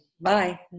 Bye